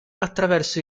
attraverso